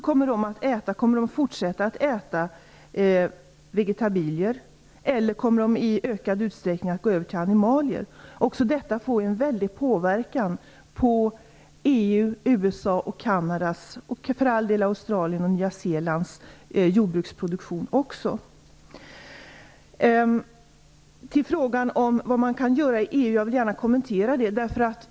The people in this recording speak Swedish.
Kommer de att fortsätta att äta vegetabilier, eller kommer de i ökad utsträckning att gå över till animalier? Också detta får en väldig påverkan på EU:s, USA:s och Kanadas, men för den delen också Australiens och Nya Zeelands, jordbruksproduktion. Så till frågan om vad man kan göra i EU. Jag vill gärna ge en kommentar där.